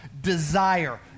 desire